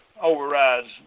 overrides